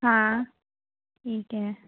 हाँ ठीक है